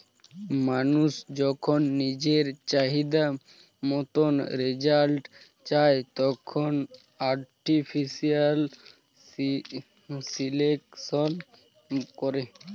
মানুষ যখন নিজের চাহিদা মতন রেজাল্ট চায়, তখন আর্টিফিশিয়াল সিলেকশন করে